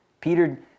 Peter